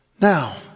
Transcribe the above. Now